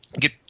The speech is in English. get